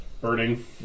burning